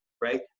right